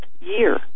year